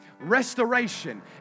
restoration